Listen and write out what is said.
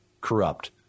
corrupt